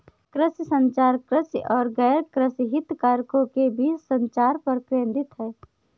कृषि संचार, कृषि और गैरकृषि हितधारकों के बीच संचार पर केंद्रित है